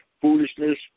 foolishness